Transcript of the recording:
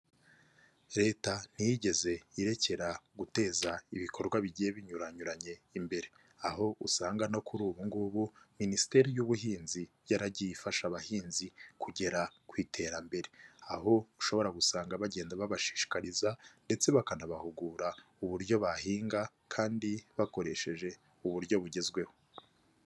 Leta ntiyigeze irekera guteza ibikorwa bigiye binyuranyuranye imbere; aho usanga no kuri ubu ngubu minisiteri y'ubuhinzi yaragiye ifasha abahinzi kugera ku iterambere. Aho ushobora gusanga bagenda babashishikariza ndetse bakanabahugura uburyo bahinga kandi bakoresheje uburyo bugezweho.